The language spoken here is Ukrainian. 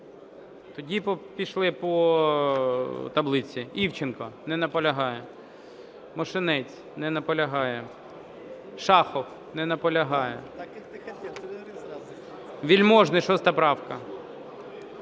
Тоді пішли по таблиці. Івченко. Не наполягає. Мошенець. Не наполягає. Шахов. Не наполягає. Вельможний, 6 правка.